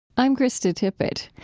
i'm krista tippett.